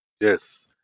Yes